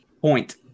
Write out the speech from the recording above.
point